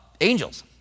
angels